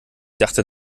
dachte